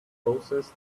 process